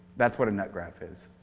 that's what a nut graf is.